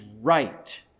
right